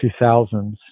2000s